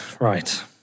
right